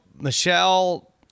Michelle